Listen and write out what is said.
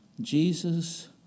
Jesus